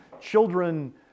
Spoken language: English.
children